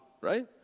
right